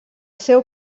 seu